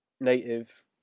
native